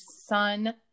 sun